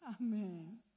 Amen